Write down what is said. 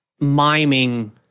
miming